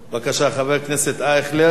בבקשה, חבר הכנסת אייכלר.